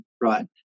right